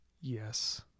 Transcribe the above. Yes